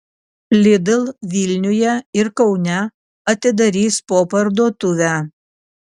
lidl vilniuje ir kaune atidarys po parduotuvę